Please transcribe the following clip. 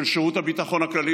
של שירות הביטחון הכללי,